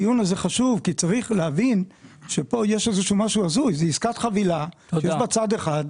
צריך להבין שיש פה עסקת חבילה שיש בה רק צד אחד,